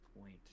point